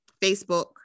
Facebook